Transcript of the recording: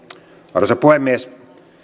arvoisa puhemies